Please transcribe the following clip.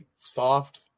soft